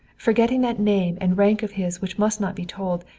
forgetting that name and rank of his which must not be told,